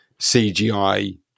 CGI